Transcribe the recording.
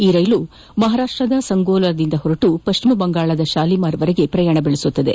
ಈ ರೈಲು ಮಹಾರಾಷ್ಟ್ದ ಸಂಗೋಲಾದಿಂದ ಪಶ್ಚಿಮ ಬಂಗಾಳದ ಶಾಲಿಮರ್ವರೆಗೆ ಪ್ರಯಾಣ ಬೆಳೆಸಲಿದೆ